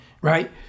right